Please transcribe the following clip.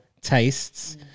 tastes